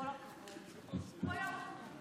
הוא היה ראש ממשלה?